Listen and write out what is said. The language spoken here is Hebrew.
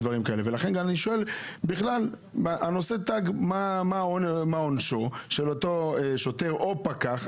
לכן אני שואל מה עונשו של אותו שוטר או פקח,